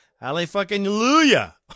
Hallelujah